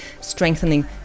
strengthening